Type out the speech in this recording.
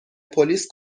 پلیس